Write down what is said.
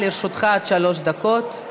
לרשותך עד שלוש דקות.